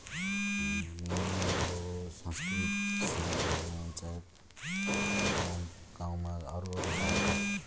अब संस्कृत साँझहरू हुन्छ गाउँ गाउँमा अरूअरू गाउँका